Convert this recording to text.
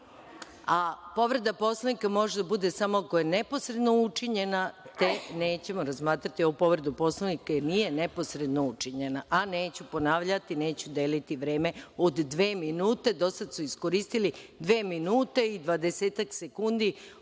Antić?)Povreda Poslovnika može da bude samo ako je neposredno učinjena, te nećemo razmatrati ovu povredu Poslovnika jer nije neposredno učinjena, a neću ponavljati, neću deliti vreme od dve minute. Do sada su iskoristili dve minute i dvadesetak sekundi